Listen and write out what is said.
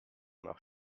nach